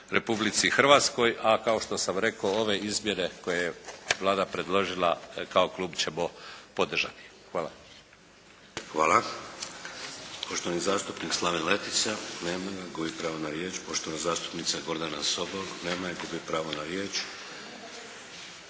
Republici Hrvatskoj, a kao što sam rekao ove izmjene koje je Vlada predložila kao klub ćemo podržati. Hvala. **Šeks, Vladimir (HDZ)** Hvala. Poštovani zastupnik Slaven Letica. Nema ga. Gubi pravo na riječ. Poštovana zastupnica Gordana Sobol. Nema je. Gubi pravo na riječ.